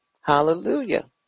Hallelujah